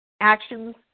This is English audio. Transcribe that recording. Actions